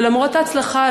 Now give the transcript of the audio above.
ולמרות ההצלחה,